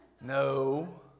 No